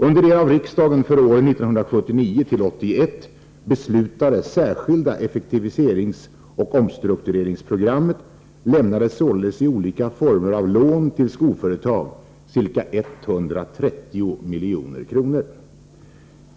Under det av riksdagen för åren 1979-1981 beslutade särskilda effektiviseringsoch omstruktureringsprogrammet lämnades således i olika former av lån till skoföretag ca 130 milj.kr.